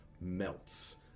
melts